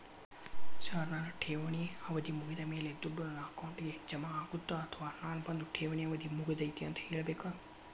Sir ನನ್ನ ಠೇವಣಿ ಅವಧಿ ಮುಗಿದಮೇಲೆ, ದುಡ್ಡು ನನ್ನ ಅಕೌಂಟ್ಗೆ ಜಮಾ ಆಗುತ್ತ ಅಥವಾ ನಾವ್ ಬಂದು ಠೇವಣಿ ಅವಧಿ ಮುಗದೈತಿ ಅಂತ ಹೇಳಬೇಕ?